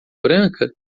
branca